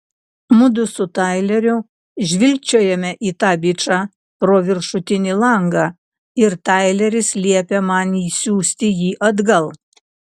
mudu su taileriu žvilgčiojame į tą bičą pro viršutinį langą ir taileris liepia man siųsti jį atgal